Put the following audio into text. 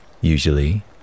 Usually